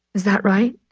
is that right.